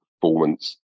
performance